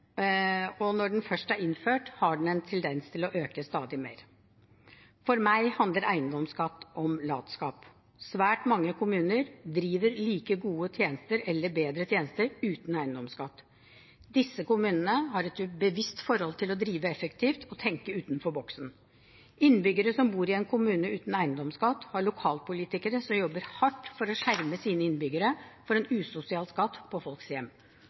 og når den først er innført, har den en tendens til å øke stadig mer. For meg handler eiendomsskatt om latskap. Svært mange kommuner driver like gode eller bedre tjenester uten eiendomsskatt. Disse kommunene har et bevisst forhold til det å drive effektivt og tenke utenfor boksen. Innbyggere som bor i en kommune uten eiendomsskatt, har lokalpolitikere som jobber hardt for å skjerme sine innbyggere for en usosial skatt på folks hjem,